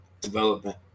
development